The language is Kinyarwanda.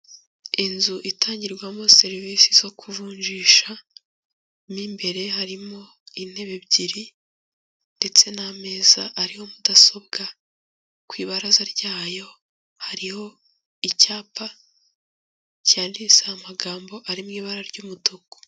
Inzu itangirwamo serivisi zo kuvunjisha mo imbere harimo intebe ebyiri, ndetse n'ameza ariho mudasobwa, ku ibaraza ryayo hariho icyapa cyanditseho amagambo ari mu ibara ry'umutuku.